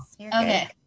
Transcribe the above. Okay